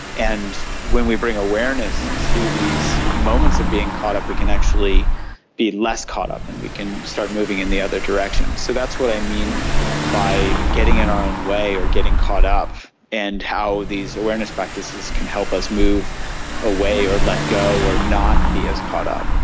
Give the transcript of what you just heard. and when we bring awareness to these moments of being caught up we can actually be less caught up and we can start moving in the other direction. so that's what i mean by getting in our own way or getting caught up and how these awareness practices can help us move away or let go or not be as caught up.